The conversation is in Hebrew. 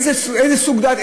באיזה סוג דת,